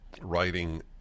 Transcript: Writing